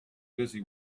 busy